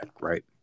right